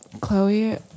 chloe